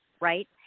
right